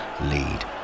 lead